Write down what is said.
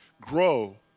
grow